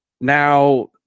now